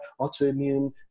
autoimmune